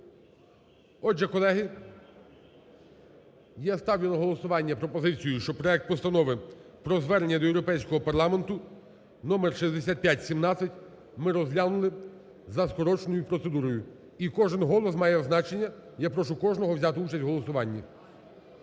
Отже, колеги, я ставлю на голосування пропозицію, щоб проект Постанови про Звернення до Європейського Парламенту (номер 6517) ми розглянули за скороченою процедурою і кожен голос має значення, я прошу кожного взяти участь в голосуванні.